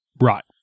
right